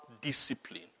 discipline